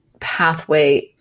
pathway